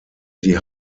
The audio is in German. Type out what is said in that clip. die